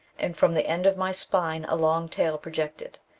and from the end of my spine a long tail projected.